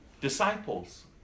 disciples